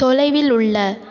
தொலைவில் உள்ள